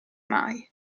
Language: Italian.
mai